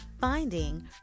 finding